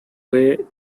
way